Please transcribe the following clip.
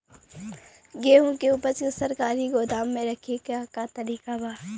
गेहूँ के ऊपज के सरकारी गोदाम मे रखे के का तरीका बा?